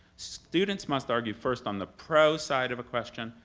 students must argue first on the pro side of a question,